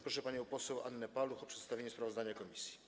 Proszę panią poseł Annę Paluch o przedstawienie sprawozdania komisji.